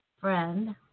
friend